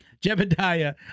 Jebediah